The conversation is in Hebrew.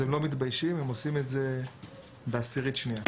הם לא מתביישים והם עושים את זה בעשירית השנייה.